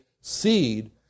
seed